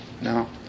No